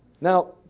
now